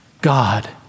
God